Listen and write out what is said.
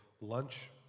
lunch